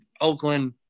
Oakland